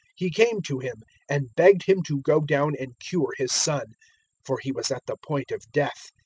he came to him and begged him to go down and cure his son for he was at the point of death.